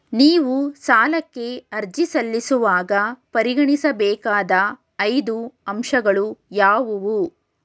ನೀವು ಸಾಲಕ್ಕೆ ಅರ್ಜಿ ಸಲ್ಲಿಸುವಾಗ ಪರಿಗಣಿಸಬೇಕಾದ ಐದು ಅಂಶಗಳು ಯಾವುವು?